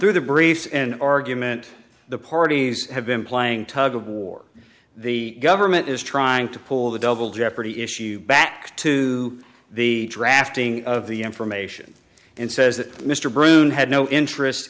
through the briefs and argument the parties have been playing tug of war the government is trying to pull the double jeopardy issue back to the drafting of the information and says that mr brune had no interest